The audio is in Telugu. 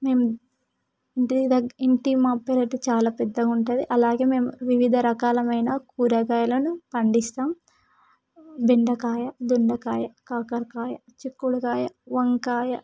మేము ఇంటి ద మా పెరటి చాలా పెద్దగా ఉంటుంది అలాగే వివిధ రకాల మైన కూరగాయలను పండిస్తాం బెండకాయ దొండకాయ కాకర కాయ చిక్కుడు కాయ వంకాయ